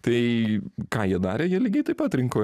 tai ką jie darė jie lygiai taip pat rinko